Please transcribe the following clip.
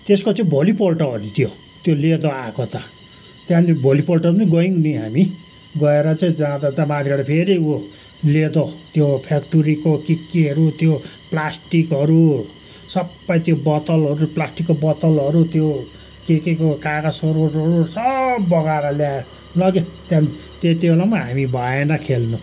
त्यसको चाहिँ भोलिपोल्ट हो नि त्यो त्यो लेदो आएको त त्यहाँदेखि भोलिपल्ट पनि गयौँ नि हामी गएर चाहिँ जाँदा माथिबाट फेरी ऊ लेदो त्यो फ्याक्ट्रीको के केहरू त्यो प्लास्टिकहरू सबै त्यो बोतलहरू प्लास्टिकको बोतलहरू त्यो के केको कागजहरू सबै बगाएर ल्यायो लग्यो त्यहाँदेखि त्यति बेला पनि हामी भएन खेल्नु